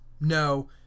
no